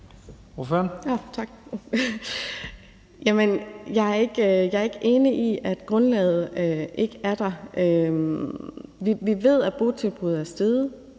Jeg er ikke enig i, at grundlaget ikke er der. Vi ved, at udgifterne